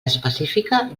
específica